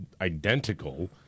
identical